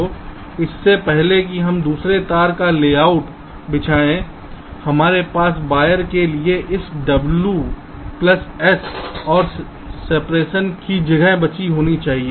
तो इससे पहले कि हम दूसरा तार का लेआउट बिछाए हमारे पास वायर के लिए इस w प्लस s और सेपरेशन की जगह बची होनी चाहिए